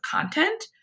content